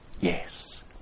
Yes